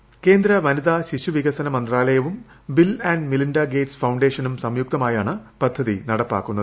ക്കേന്ദ്ര ഖ്നിതാ ശിശുവികസന മന്ത്രാലയവും ബിൽ ആന്റ് മിലിൻഡ ശ്ശേറ്റ്സ് ഫൌണ്ടേഷനും സംയുക്തമായാണ് പദ്ധതി നടപ്പാക്കുന്നത്